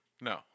no